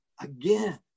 again